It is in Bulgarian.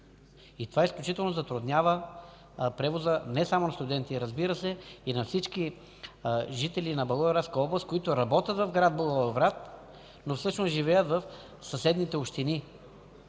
и това изключително затруднява превоза не само на студенти, разбира се, а и на всички жители на Благоевградска област, които работят в град Благоевград, но всъщност живеят в съседните общини.